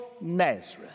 Nazareth